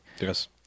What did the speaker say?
Yes